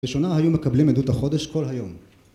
בשנה היום מקבלים עדות החודש כל היום